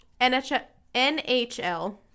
NHL